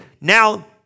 now